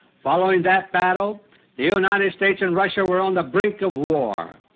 following that battle the united states and russia were on the brink of war.